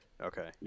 Okay